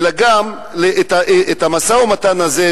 אלא גם את המשא-ומתן הזה.